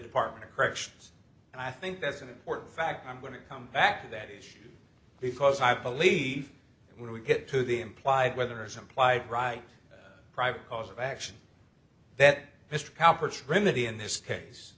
department of corrections and i think that's an important fact i'm going to come back to that issue because i believe when we get to the implied whether it's implied right private cause of action that mr cowper trinity in this case